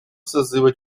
созыва